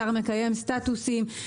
השר מקיים סטטוסים.